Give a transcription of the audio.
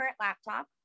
laptop